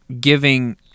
giving